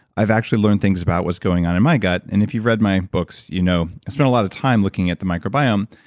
i've actually learned things about what's going on in my gut and if you've read my books you know i spend a lot of time looking at the micro-biome.